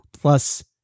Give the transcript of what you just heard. plus